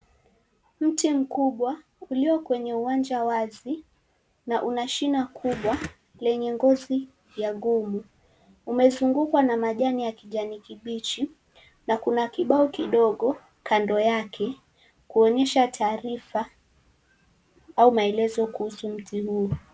Mti mkubwa ulio kwenye uwanja wazi na una shina kubwa lenye ngozi ngumu, umezungukwa na majani ya kijani kibichi na kuna kibao kidogo kando yake kuonyesha taarifa au maelezo kuhusu mti huo.